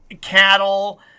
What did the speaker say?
cattle